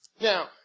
Now